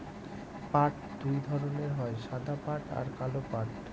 পাট দুই ধরনের হয় সাদা পাট আর কালো পাট